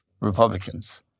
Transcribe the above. Republicans